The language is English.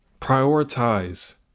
Prioritize